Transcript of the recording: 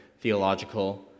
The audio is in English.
theological